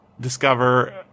discover